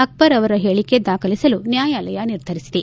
ಅಕ್ಲರ್ ಅವರ ಹೇಳಿಕೆ ದಾಖಲಿಸಲು ನ್ಯಾಯಾಲಯ ನಿರ್ಧರಿಸಿದೆ